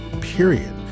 period